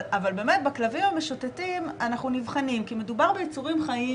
אבל באמת בכלבים המשוטטים אנחנו נבחנים כי מדובר ביצורים חיים